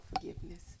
forgiveness